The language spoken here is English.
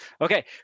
Okay